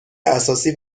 اساسی